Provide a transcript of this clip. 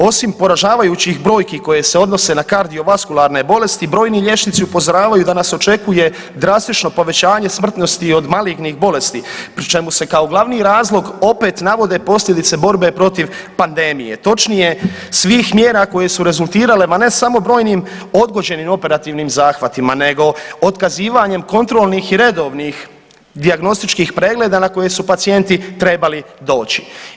Osim poražavajućih brojki koje se odnose na kardiovaskularne bolesti brojni liječnici upozoravaju da nas očekuje drastično povećanje smrtnosti od malignih bolesti, pri čemu se kao glavni razlog opet navode posljedice borbe protiv pandmeije, točnije svih mjera koje su rezultirale ma ne samo brojnim odgođenim operativnim zahvatima nego otkazivanjem kontrolnih i redovnih dijagnostičkih pregleda na koje su pacijenti trebali doći.